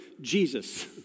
Jesus